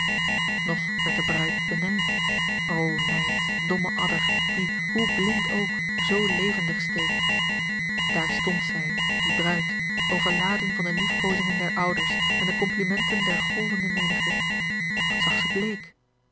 nog werd de bruid benijd o nijd domme adder die hoe blind ook zoo levendig steekt daar stond zij die bruid overladen van de liefkozingen der ouders en de complimenten der golvende menigte wat zag zij bleek